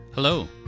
Hello